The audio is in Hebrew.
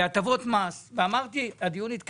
ה-20 ביוני 2022. הנושא שעל סדר היום הוא אישור מוסדות הציבור